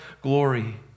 glory